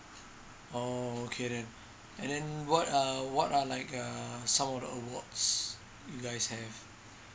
oh okay then and then what are what are like uh some of the awards you guys have